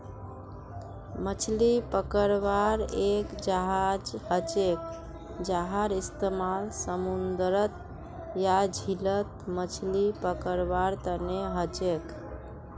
मछली पकड़वार एक जहाज हछेक जहार इस्तेमाल समूंदरत या झीलत मछली पकड़वार तने हछेक